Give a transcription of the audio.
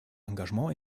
engagement